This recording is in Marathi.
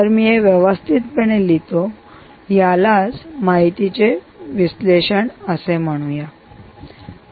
तर मी हे व्यवस्थितपणे लिहितो यालाच माहितीचे विश्लेषण असे म्हणूया